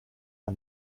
der